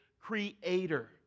creator